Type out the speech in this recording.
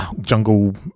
jungle